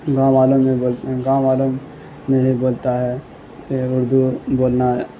گاؤں والوں میں بھی بول گاؤں والوں میں بھی بولتا ہے کہ اردو بولنا